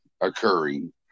occurring